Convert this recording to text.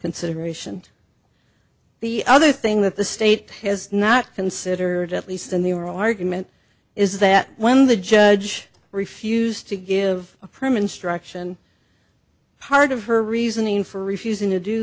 consideration the other thing that the state has not considered at least in the oral argument is that when the judge refused to give a permanent struction part of her reasoning for refusing to do